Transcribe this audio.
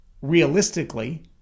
realistically